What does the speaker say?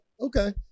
okay